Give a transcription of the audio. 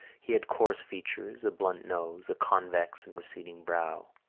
he had coarse features, a blunt nose, a convex and receding brow,